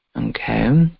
Okay